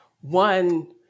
one